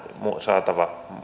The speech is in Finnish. saatava